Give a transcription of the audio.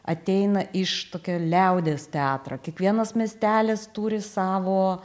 ateina iš tokio liaudies teatro kiekvienas miestelis turi savo